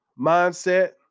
mindset